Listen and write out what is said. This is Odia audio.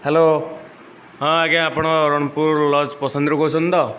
ହ୍ୟାଲୋ ହଁ ଆଜ୍ଞା ଆପଣ ରଣପୁର ଲଜ୍ ପସନ୍ଦରୁ କହୁଛନ୍ତି ତ